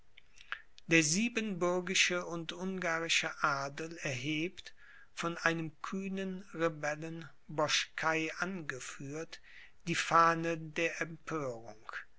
der siebenbürgische und ungarische adel erhebt von einem kühnen rebellen boschkai angeführt die fahne der